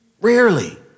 Rarely